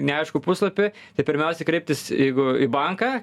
neaiškų puslapį tai pirmiausia kreiptis jeigu į banką